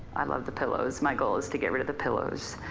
i love the pillows. my goal is to get rid of the pillows.